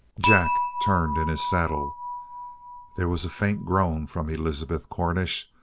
jack turned in his saddle there was a faint groan from elizabeth cornish.